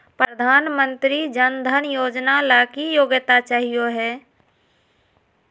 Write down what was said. प्रधानमंत्री जन धन योजना ला की योग्यता चाहियो हे?